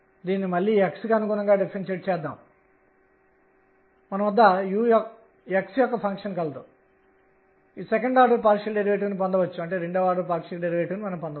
మరియు మగ్నిట్యూడ్ పరిమాణం kh అలాగే ఉంటుంది మరియు z అంశం kℏ కావచ్చు నేను k ℏ ను కూడా కలిగి ఉండవచ్చు